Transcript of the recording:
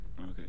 Okay